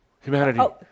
humanity